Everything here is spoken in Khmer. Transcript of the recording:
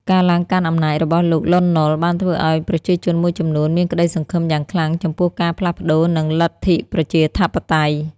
ការឡើងកាន់អំណាចរបស់លោក លន់ នល់ បានធ្វើឲ្យប្រជាជនមួយចំនួនមានក្តីសង្ឃឹមយ៉ាងខ្លាំងចំពោះការផ្លាស់ប្តូរនិងលទ្ធិប្រជាធិបតេយ្យ។